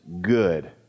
good